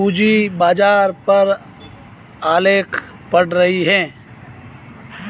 रोहिणी पूंजी बाजार पर आलेख पढ़ रही है